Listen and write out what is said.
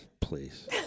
Please